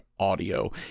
audio